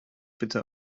bitte